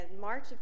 March